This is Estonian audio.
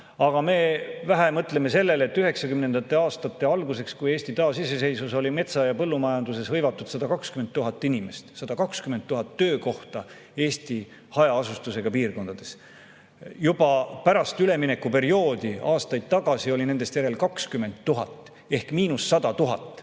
Aga me mõtleme vähe sellele, et 1990. aastate alguseks, kui Eesti taasiseseisvus, oli metsa- ja põllumajanduses hõivatud 120 000 inimest. 120 000 töökohta oli Eesti hajaasustusega piirkondades. Juba pärast üleminekuperioodi, aastaid tagasi, oli nendest järel 20 000 ehk miinus 100 000